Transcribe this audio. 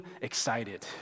excited